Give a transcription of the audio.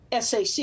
SAC